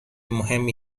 مهمی